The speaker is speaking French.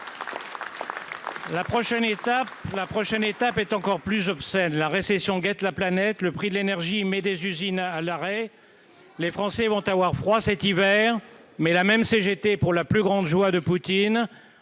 la prochaine étape est encore plus obscène la récession guette la planète, le prix de l'énergie mais des usines à l'arrêt, les Français vont avoir froid cet hiver, mais la même CGT pour la plus grande joie de Poutine